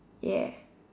ya